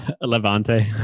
Levante